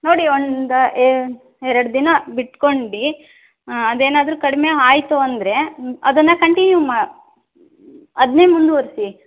ನೋಡಿ ಒಂದು ಎರಡು ದಿನ ಬಿಟ್ಟುಕೊಂಡು ಅದೇನಾದರೂ ಕಡಿಮೆ ಆಯಿತು ಅಂದರೆ ಅದನ್ನು ಕಂಟಿನ್ಯೂ ಮಾ ಅದನ್ನೇ ಮುಂದುವರೆಸಿ